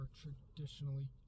traditionally